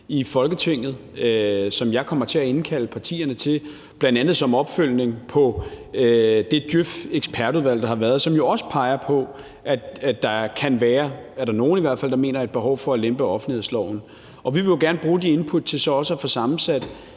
i Folketinget, som jeg kommer til at indkalde partierne til, bl.a. som opfølgning på det DJØF-ekspertudvalg, der har været, og som jo også peger på, at der kan være – det er der i hvert fald nogle der mener – et behov for at lempe offentlighedsloven. Og vi vil jo gerne bruge de input til så også at få sammensat